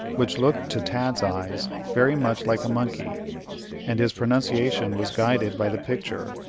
which looked to tad's eyes very much like a monkey and his pronunciation was guided by the picture,